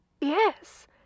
yes